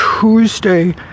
Tuesday